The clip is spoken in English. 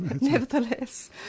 nevertheless